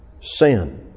Sin